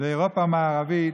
ובאירופה המערבית,